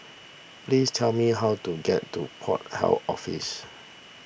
please tell me how to get to Port Health Office